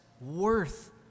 worth